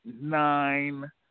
nine